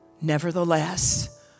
Nevertheless